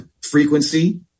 frequency